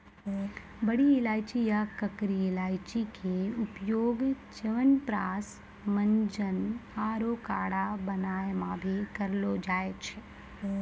बड़ी इलायची या करकी इलायची के उपयोग च्यवनप्राश, मंजन आरो काढ़ा बनाय मॅ भी करलो जाय छै